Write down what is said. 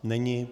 Není.